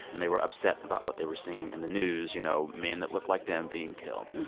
and they were upset about what they were seeing in the news you know, men that looked like them being killed.